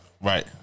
Right